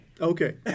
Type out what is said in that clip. okay